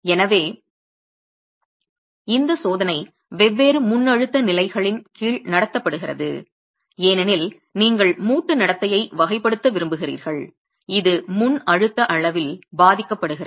எனவே இந்த சோதனை வெவ்வேறு முன்அழுத்த நிலைகளின் கீழ் நடத்தப்படுகிறது ஏனெனில் நீங்கள் மூட்டு நடத்தையை வகைப்படுத்த விரும்புகிறீர்கள் இது முன்அழுத்த அளவில் பாதிக்கப்படுகிறது